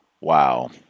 Wow